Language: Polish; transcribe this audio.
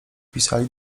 pisali